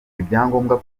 ibyangombwa